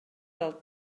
del